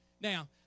Now